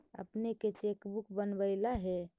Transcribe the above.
अपने के cheque book बनवइला हे